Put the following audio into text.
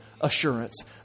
assurance